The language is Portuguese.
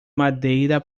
madeira